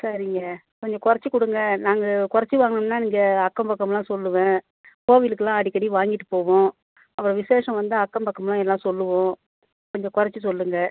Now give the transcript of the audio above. சரிங்க கொஞ்சம் குறச்சுக் கொடுங்க நாங்கள் குறச்சு வாங்கினோம்னா இங்கே அக்கம் பக்கம்லாம் சொல்லுவேன் கோவிலுக்குலாம் அடிக்கடி வாங்கிட்டுப் போவோம் அப்புறம் விசேஷம் வந்தா அக்கம் பக்கம்லாம் எல்லாம் சொல்லுவோம் கொஞ்சம் குறச்சு சொல்லுங்கள்